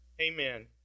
Amen